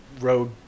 road